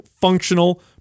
functional